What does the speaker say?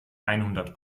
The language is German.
einhundert